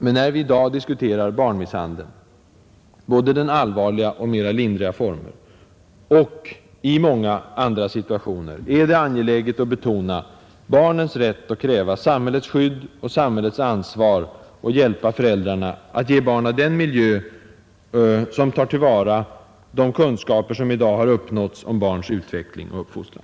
Men när vi i dag diskuterar barnmisshandeln — både den allvarliga och den i lindrigare former — är det, liksom i många andra situationer, angeläget att betona barnens rätt att kräva samhällets skydd och samhällets ansvar att hjälpa föräldrarna att ge barnen en miljö som tar till vara de kunskaper som i dag har uppnåtts om barns utveckling och uppfostran.